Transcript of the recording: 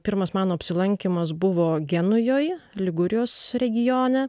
pirmas mano apsilankymas buvo genujoj ligūrijos regione